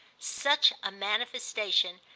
such a manifestation,